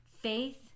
Faith